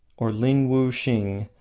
or linwosing,